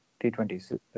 T20s